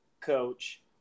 coach